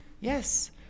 Yes